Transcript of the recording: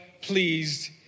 pleased